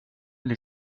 les